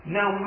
Now